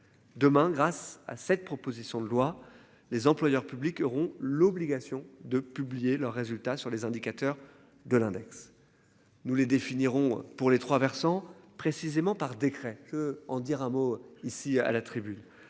Demain, grâce à cette proposition de loi. Les employeurs publics auront l'obligation de publier leurs résultats sur les indicateurs de l'index. Nous les définiront pour les trois versants précisément par décret en dire un mot ici à la tribune.